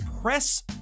press